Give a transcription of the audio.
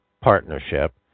partnership